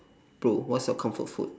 bro what's your comfort food